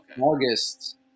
August